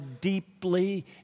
deeply